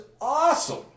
awesome